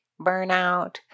burnout